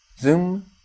Zoom